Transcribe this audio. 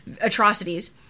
atrocities